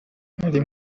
ari